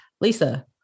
Lisa